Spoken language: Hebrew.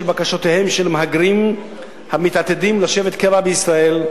בקשותיהם של מהגרים המתעתדים לשבת קבע בישראל,